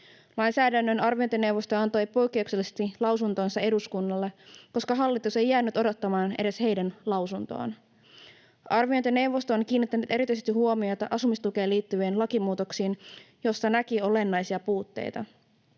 Lainsäädännön arviointineuvosto antoi poikkeuksellisesti lausuntonsa eduskunnalle, koska hallitus ei jäänyt odottamaan edes heidän lausuntoaan. Arviointineuvosto on kiinnittänyt erityisesti huomiota asumistukeen liittyviin lakimuutoksiin, joissa näki olennaisia puutteita.